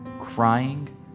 crying